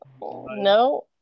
No